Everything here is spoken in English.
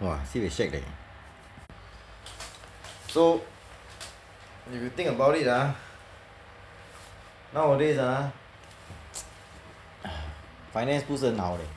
!wah! sibeh shag leh so if you think about it ah nowadays ah finance 不是很好 leh